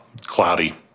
cloudy